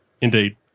Indeed